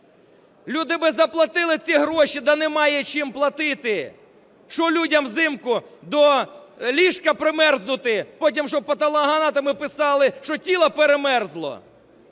Люди би заплатили ці гроші, да немає чим платити. Що людям взимку до ліжка примерзнути, потім щоб патологоанатоми писали, що тіло перемерзло.